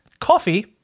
coffee